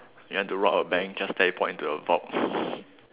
you want to rob a bank just teleport into a vault